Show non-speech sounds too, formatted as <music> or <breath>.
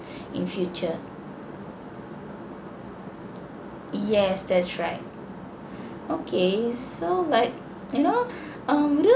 <breath> in future yes that's right okay so like you know <breath> um would you